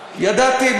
ידעתי,